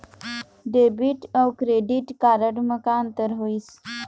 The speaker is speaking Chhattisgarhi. डेबिट अऊ क्रेडिट कारड म का अंतर होइस?